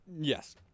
Yes